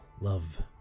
love